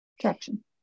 Traction